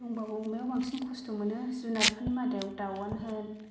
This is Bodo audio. होनबाबो अमायाव बांसिन खस्त' मोनो जुनारफोरनि मादाव दाउआनो होन